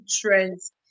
trends